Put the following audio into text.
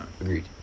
Agreed